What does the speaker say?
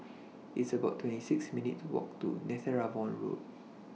It's about twenty six minutes' Walk to Netheravon Road